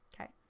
Okay